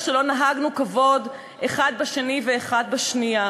שלא נהגנו בכבוד האחד בשני והאחד בשנייה.